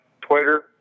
Twitter